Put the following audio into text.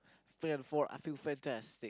fan four I feel fantastic